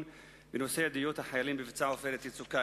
בנושא: עדויות החיילים במבצע "עופרת יצוקה".